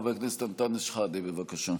חבר הכנסת אנטאנס שחאדה, בבקשה.